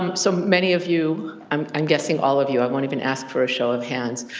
um so many of you, um i'm guessing all of you, i won't even ask for a show of hands,